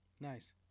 Nice